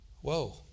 Whoa